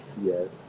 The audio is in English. Yes